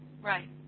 Right